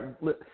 right